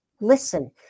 listen